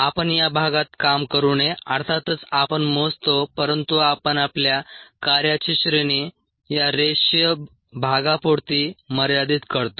आपण या भागात काम करू नये अर्थातच आपण मोजतो परंतु आपण आपल्या कार्याची श्रेणी या रेषीय भागापुरती मर्यादित करतो